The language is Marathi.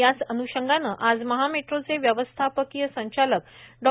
याच अन्षंगाने आज महा मेट्रोचे व्यवस्थापकीय संचालक डॉ